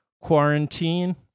quarantine